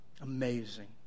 Amazing